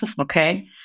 Okay